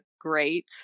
great